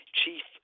chief